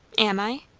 am i?